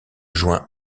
joint